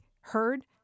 heard